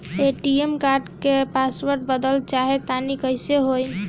ATM card क password बदलल चाहा तानि कइसे होई?